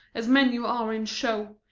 as men you are in show,